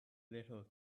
little